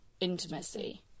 intimacy